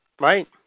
Right